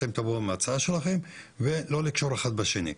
אתם תבואו עם ההצעה שלכם ולא לקשור אחד בשני.